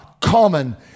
common